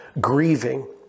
grieving